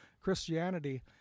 Christianity